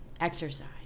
exercise